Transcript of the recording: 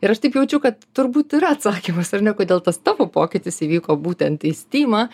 ir aš taip jaučiu kad turbūt yra atsakymas ar ne kodėl tas tavo pokytis įvyko būtent į stymą